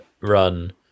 run